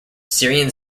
syrian